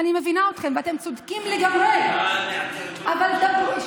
אני מבינה אתכם, ואתם צודקים לגמרי, אבל דברו.